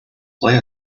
play